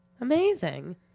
Amazing